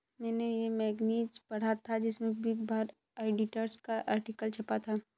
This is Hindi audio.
मेने ये मैगज़ीन पढ़ा था जिसमे बिग फॉर ऑडिटर्स का आर्टिकल छपा था